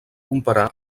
comparar